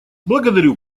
благодарю